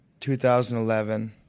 2011